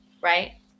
Right